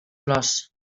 flors